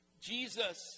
Jesus